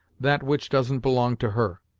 that which doesn't belong to her.